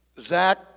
Zach